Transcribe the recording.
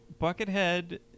Buckethead